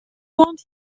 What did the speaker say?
want